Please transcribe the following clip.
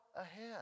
ahead